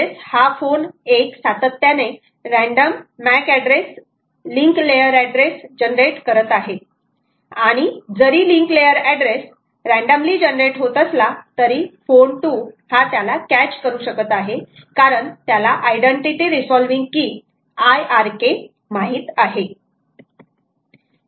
म्हणजेच हा फोन 1 सातत्याने random MAC address link layer address generate करत आहे आणि जरी link layer address randomly generate होत असला तरी फोन 2 हा त्याला कॅच करू शकत आहे कारण त्याला आयडेंटिटी रिसॉल्विंग की IRK माहित आहे